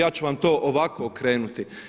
Ja ću vam to ovako okrenuti.